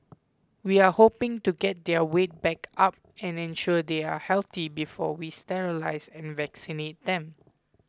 we are hoping to get their weight back up and ensure they are healthy before we sterilise and vaccinate them